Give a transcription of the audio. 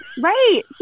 Right